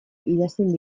idazten